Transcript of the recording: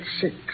six